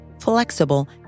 flexible